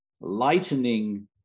lightening